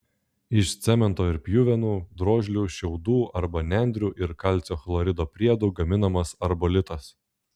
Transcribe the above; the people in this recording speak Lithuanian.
iš cemento ir pjuvenų drožlių šiaudų arba nendrių ir kalcio chlorido priedų gaminamas arbolitas